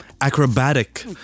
acrobatic